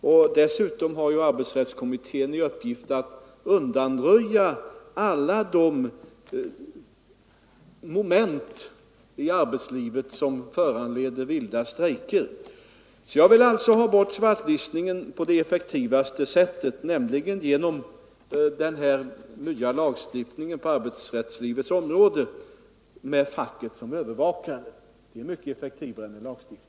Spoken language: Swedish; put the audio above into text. Arbetsrättskommittén har dessutom i uppgift att undanröja alla de moment i arbetslivet som föranleder vilda strejker. Jag vill alltså ha bort svartlistningen på det effektivaste sättet, nämligen genom den här nya lagstiftningen på arbetsrättslivets område med facket som övervakare. Det är mycket effektivare än lagstiftning.